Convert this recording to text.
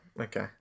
Okay